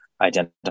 identify